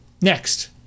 next